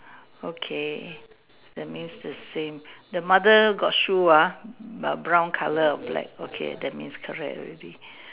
okay that means the same the mother got shoe ah err brown colour or black okay that means correct already